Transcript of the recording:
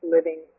living